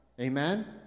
Amen